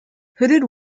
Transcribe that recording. hooded